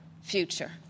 future